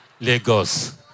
Lagos